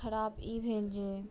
खराब ई भेल जे